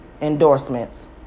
endorsements